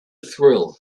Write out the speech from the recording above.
thrill